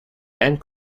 and